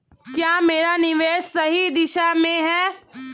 क्या मेरा निवेश सही दिशा में है?